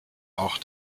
auch